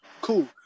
Cool